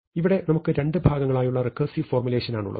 ഇവിടെ നമുക്ക് രണ്ട് ഭാഗങ്ങളായുള്ള റെക്കേർസിവ് ഫോർമുലേഷൻ ആണുള്ളത്